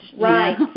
Right